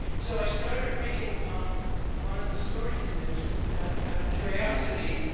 so i started reading one of the stories in there just out of curiosity.